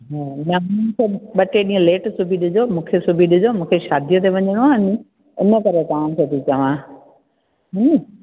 हा नुंहुं खे ॿ टे ॾींहं लेट सिबी ॾिजो मूंखे सिबी ॾिजो मूंखे शादीअ ते वञिणो आहे नी इन करे तव्हांखे थी चवां